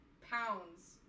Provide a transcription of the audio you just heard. pounds